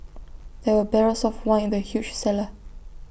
there were barrels of wine in the huge cellar